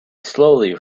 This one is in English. slowly